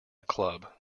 club